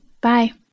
Bye